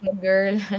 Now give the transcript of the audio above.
girl